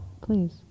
please